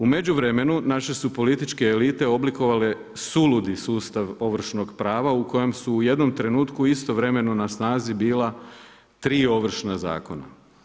U međuvremenu naše su političke elite oblikovale suludi sustav ovršnog prava u kojem su jednom trenutku istovremeno na snazi bila 3 Ovršna zakona.